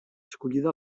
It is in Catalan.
escollida